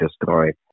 destroyed